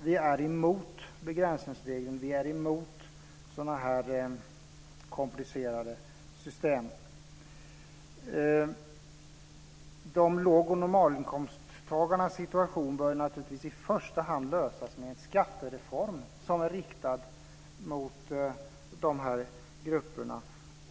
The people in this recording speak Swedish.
Vi är emot begränsningsregeln, och vi är emot så komplicerade system. Låg och normalinkomsttagarnas situation bör naturligtvis i första hand lösas med hjälp av en skattereform och i andra hand